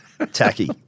Tacky